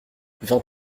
vingt